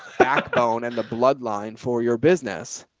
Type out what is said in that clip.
backbone and the bloodline for your business.